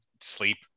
sleep